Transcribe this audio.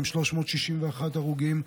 361 הרוגים.